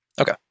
Okay